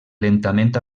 lentament